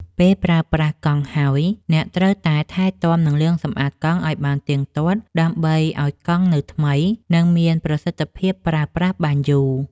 ពេលប្រើប្រាស់កង់ហើយ អ្នកត្រូវថែទាំ និងលាងសម្អាតកង់ឱ្យបានទៀងទាត់ ដើម្បីឱ្យកង់នៅថ្មី និងមានប្រសិទ្ធភាពប្រើប្រាស់បានយូរ។